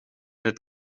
het